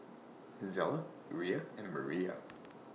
Zella Uriah and Maria